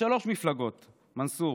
בשלוש מפלגות, מנסור: